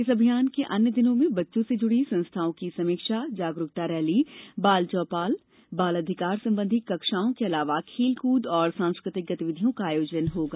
इस सप्ताह के अन्य दिनों में बच्चों से जुड़ी संस्थाओं की समीक्षा जागरूकता रैली बाल चौपाल बाल अधिकार संबंधी कक्षाओं के अलावा खेलकूद व सांस्कृतिक गतिविधियों का आयोजन होगा